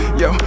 yo